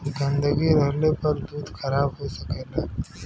गन्दगी रहले पर दूध खराब हो सकेला